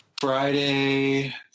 Friday